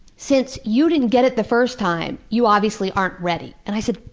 since you didn't get it the first time, you obviously aren't ready. and i said,